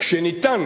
כשניתן